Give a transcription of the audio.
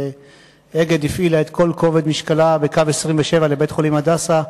ו"אגד" הפעילה את כל כובד משקלה בקו 27 לבית-החולים "הדסה",